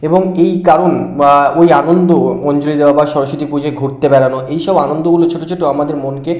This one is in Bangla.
এবং এই কারণ বা ওই আনন্দ অঞ্জলী দেওয়ার পর সরস্বতী পুজোয় ঘুরতে বেরানো এইসব আনন্দগুলো ছোটো ছোটো আমাদের মনকে